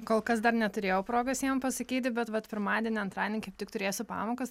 kol kas dar neturėjau progos jiem pasakyti bet vat pirmadienį antradienį kaip tik turėsiu pamokas